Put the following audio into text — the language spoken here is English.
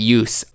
use